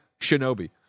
Shinobi